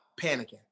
panicking